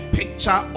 picture